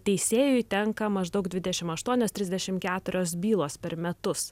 teisėjui tenka maždaug dvidešim aštuonios trisdešim keturios bylos per metus